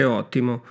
ottimo